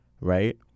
Right